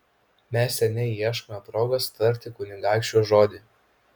mes seniai ieškome progos tarti kunigaikščiui žodį